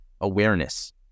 awareness